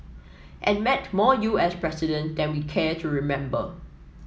and met more U S president than we care to remember